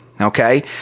Okay